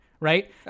right